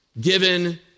given